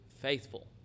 faithful